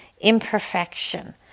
imperfection